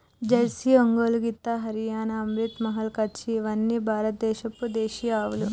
Jersey, Ongole గిత్త, హరియాణా, అమ్రిత్ మహల్, కచ్చి ఇవ్వని భారత దేశపు దేశీయ ఆవులు